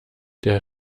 der